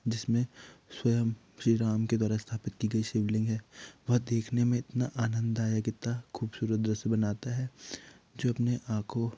जिसमें स्वयं श्री राम के द्वारा स्थापित कि गई शिवलिंग है वह देखने में इतना आनंदायक इतना खूबसूरत दृश्य बनाता है जो अपने आँखों